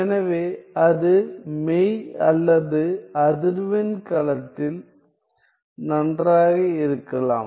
எனவே அது மெய் அல்லது அதிர்வெண் களத்தில் நன்றாக இருக்கலாம்